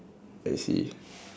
I see